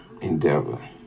endeavor